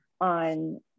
on